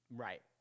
Right